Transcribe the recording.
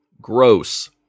Gross